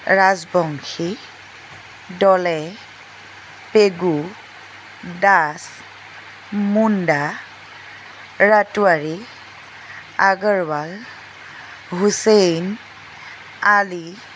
Rajbongshi Doley Pegu Das Munda Ratuwari Agarwal Hussain Ali